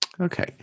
Okay